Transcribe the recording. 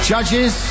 Judges